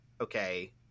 okay